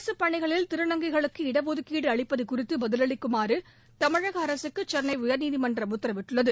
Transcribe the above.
அரசுப் பணிகளில் திருநங்கைகளுக்கு இடஒதுக்கீடு அளிப்பது குறித்து பதிலளிக்குமாறு தமிழக அரசுக்கு சென்னை உயர்நீதிமன்றம் உத்தரவிட்டுள்ளது